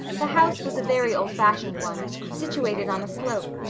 the house was a very old-fashioned one, situated on a slope,